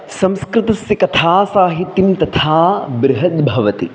संस्कृतस्य कथासाहित्यं तथा बृहद्भवति